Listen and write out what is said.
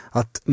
Att